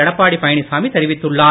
எடப்பாடி பழனிச்சாமி தெரிவித்துள்ளார்